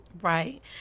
Right